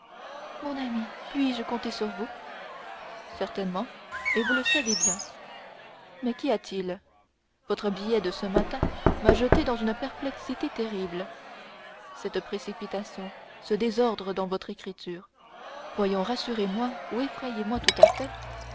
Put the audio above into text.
mon ami puis-je compter sur vous certainement et vous le savez bien mais qu'y a-t-il votre billet de ce matin m'a jeté dans une perplexité terrible cette précipitation ce désordre dans votre écriture voyons rassurez moi ou effrayez moi tout à fait